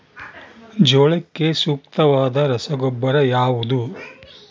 ಜೋಳಕ್ಕೆ ಸೂಕ್ತವಾದ ರಸಗೊಬ್ಬರ ಯಾವುದು?